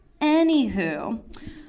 Anywho